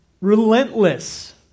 relentless